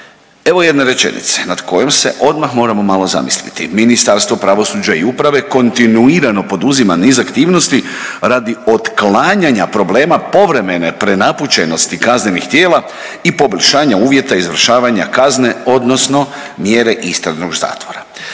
evo jedne rečenice nad kojom se odmah malo moramo zamisliti. Ministarstvo pravosuđa i uprave kontinuirano poduzima niz aktivnosti radi otklanjanja problema povremene prenapučenosti kaznenih tijela i poboljšanja uvjeta izvršavanja kazne odnosno mjere istražnog zahtjeva.